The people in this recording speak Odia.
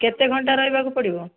କେତେ ଘଣ୍ଟା ରହିବାକୁ ପଡ଼ିବ